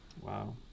Wow